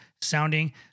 sounding